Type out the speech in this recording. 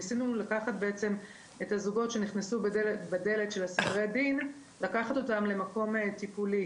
ניסינו לקחת את הזוגות שנכנסו בדלת של סדרי הדין למקום טיפולי.